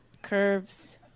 curves